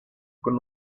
con